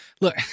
Look